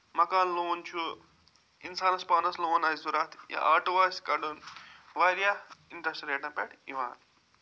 مکان لون چھُ اِنسانس پانس لون آسہِ ضروٗرت یا آٹوٗ آسہِ کڈُن وارِیاہ اِنٹرسٹہٕ ریٹن پٮ۪ٹھ یِوان